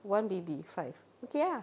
one baby five okay ah